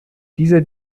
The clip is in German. dieser